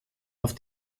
auf